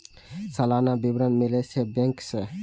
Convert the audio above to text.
सलाना विवरण मिलै छै बैंक से?